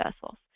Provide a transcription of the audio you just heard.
vessels